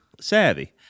savvy